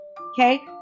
okay